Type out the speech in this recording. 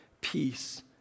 peace